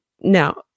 Now